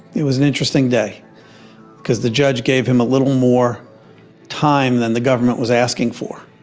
it was an interesting day because the judge gave him a little more time than the government was asking for.